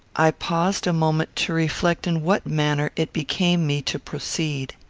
i paused a moment to reflect in what manner it became me to proceed.